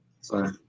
sorry